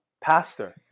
pastor